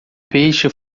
peixe